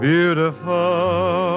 Beautiful